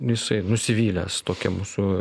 jisai nusivylęs tokia mūsų